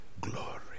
glory